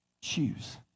Choose